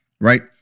right